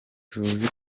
tuzi